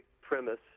premise